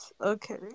Okay